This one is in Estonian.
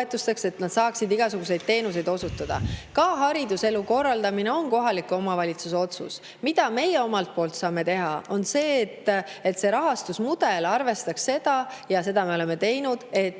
et nad saaksid igasuguseid teenuseid osutada. Ka hariduselu korraldamine on kohaliku omavalitsuse otsus. Mida meie omalt poolt saame teha, on see, et rahastusmudel arvestaks seda – ja seda me oleme teinud –, et